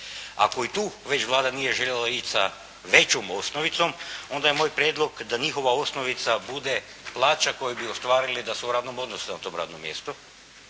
Ako i tu već Vlada nije željela ići sa većom osnovicom, onda je moj prijedlog da njihova osnovica bude plaća koju bi ostvarili da su u radnom odnosu na tom radnom mjestu,